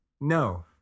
No